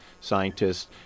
scientists